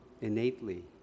innately